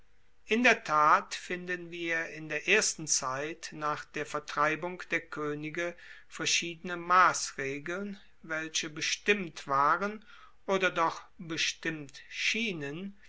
in der tat finden wir in der ersten zeit nach der vertreibung der koenige verschiedene massregeln welche bestimmt waren oder doch bestimmt schienen